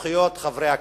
לזכויות חברי הכנסת.